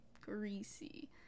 Greasy